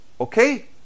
Okay